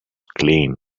clean